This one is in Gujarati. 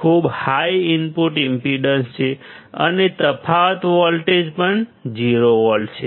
ખૂબ હાઈ ઇનપુટ ઈમ્પેડન્સ છે અને તફાવત વોલ્ટેજ પણ 0 વોલ્ટ છે